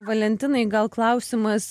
valentinai gal klausimas